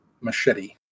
machete